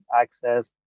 access